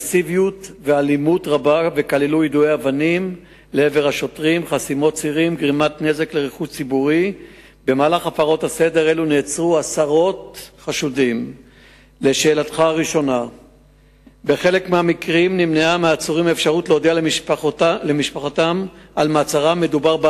1. מדוע נמנע מהעצירים להודיע למשפחותיהם על דבר מעצרם?